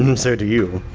um so do you!